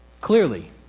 Clearly